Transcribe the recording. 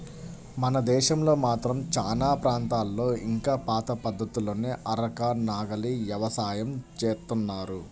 మన దేశంలో మాత్రం చానా ప్రాంతాల్లో ఇంకా పాత పద్ధతుల్లోనే అరక, నాగలి యవసాయం జేత్తన్నారు